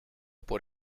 por